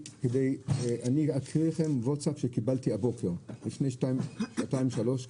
אני אקריא לכם ווצאפ שקיבלתי הבוקר לפני שעתיים שלוש,